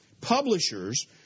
publishers